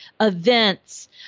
events